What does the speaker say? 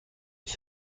ich